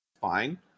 fine